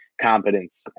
competence